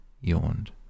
yawned